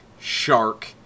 Shark